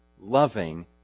loving